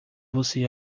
você